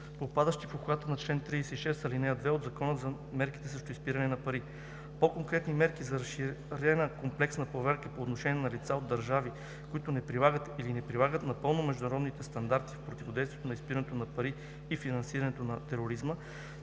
попадащи в обхвата на чл. 36, ал. 2 от Закона за мерките срещу изпиране на пари. По-конкретни мерки за разширена комплексна проверка по отношение на лица от държави, които не прилагат или не прилагат напълно международните стандарти в противодействието на изпирането на пари и финансирането на тероризма,